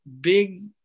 big